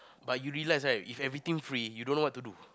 but you realise right if everything free you don't know what to do